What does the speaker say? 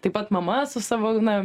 taip pat mama su savo na